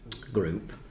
group